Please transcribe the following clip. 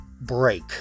break